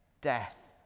death